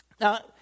Now